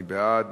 מי בעד?